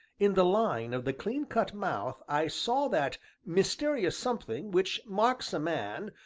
in the line of the clean-cut mouth i saw that mysterious something which marks a man,